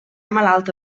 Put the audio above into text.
malalta